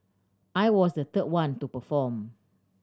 I was the third one to perform